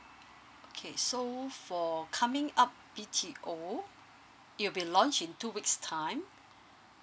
okay so for coming up B_T_O it will be launch in two weeks time